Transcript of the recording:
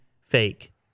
fake